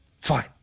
Fine